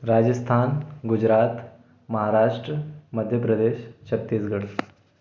Rajasthan Gujarat Maharashtra Madhya Pradesh Chhattisgarh